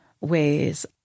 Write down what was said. ways